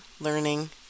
learning